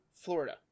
Florida